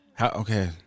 Okay